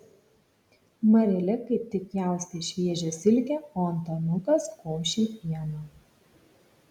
marilė kaip tik pjaustė šviežią silkę o antanukas košė pieną